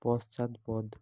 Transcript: পশ্চাৎপদ